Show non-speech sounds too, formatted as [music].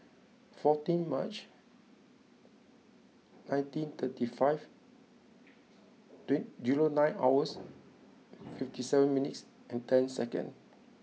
fourteen March nineteen thirty five [unintelligible] nine hours fifty seven minutes and ten second